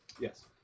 Yes